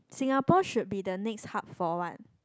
Singapore should be the next hub for what